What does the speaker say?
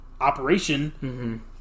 operation